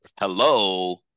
hello